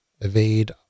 evade